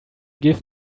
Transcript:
give